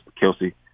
Kelsey